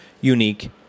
unique